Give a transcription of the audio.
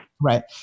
right